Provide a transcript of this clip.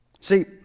See